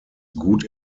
gut